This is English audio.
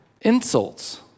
Insults